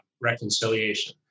reconciliation